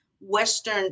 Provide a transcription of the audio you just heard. Western